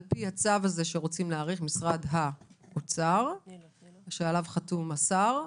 על פי הצו הזה שרוצה להאריך משרד האוצר שעליו חתום השר,